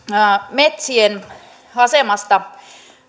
metsien asemasta